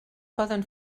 poden